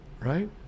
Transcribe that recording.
right